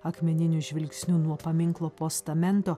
akmeniniu žvilgsniu nuo paminklo postamento